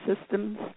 systems